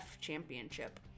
Championship